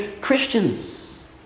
Christians